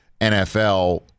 NFL